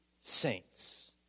saints